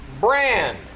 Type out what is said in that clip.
Brand